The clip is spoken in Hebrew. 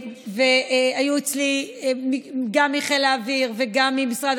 והיו אצלי גם מחיל האוויר וגם ממשרד